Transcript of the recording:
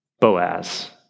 Boaz